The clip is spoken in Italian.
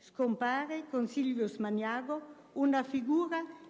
«Scompare con Silvius Magnago una figura